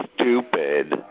stupid